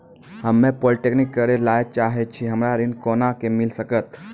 हम्मे पॉलीटेक्निक करे ला चाहे छी हमरा ऋण कोना के मिल सकत?